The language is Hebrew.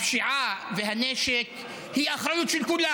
הפשיעה והנשק הם אחריות של כולם.